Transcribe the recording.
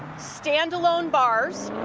stand alone bars,